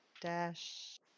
dash